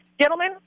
Gentlemen